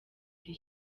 iri